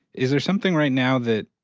is there something right now that,